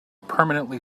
permanently